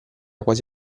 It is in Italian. quasi